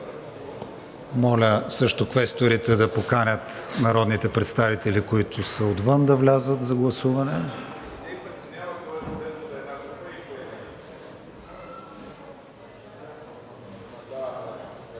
Моля също квесторите да поканят народните представители, които са отвън, да влязат за гласуване.